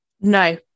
no